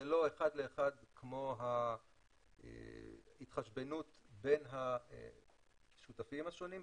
זה לא אחד לאחד כמו ההתחשבנות בין השותפים השונים,